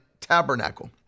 tabernacle